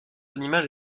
animal